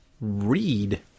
read